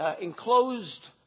enclosed